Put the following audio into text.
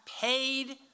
paid